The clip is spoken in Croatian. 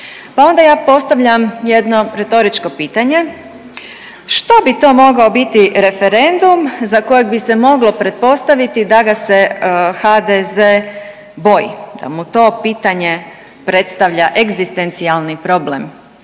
Pa onda ja postavljam jedno retoričko pitanje. Što bi to mogao biti referendum za kojeg bi se moglo pretpostaviti da ga se HDZ boji, da mu to pitanje predstavlja egzistencijalni problem?